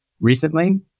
recently